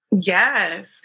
Yes